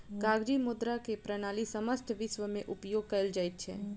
कागजी मुद्रा के प्रणाली समस्त विश्व में उपयोग कयल जाइत अछि